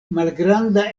malgranda